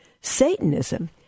Satanism